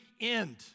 end